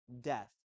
death